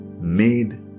made